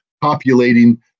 populating